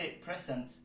present